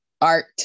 art